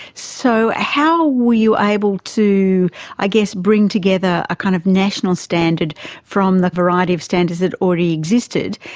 so how were you able to i guess bring together a kind of national standard from the variety of standards that already existed?